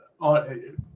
on